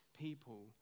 people